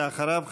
ואחריו,